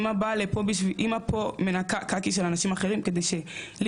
אמא פה מנקה קקי של אנשים אחרים כדי שלי